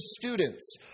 students